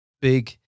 big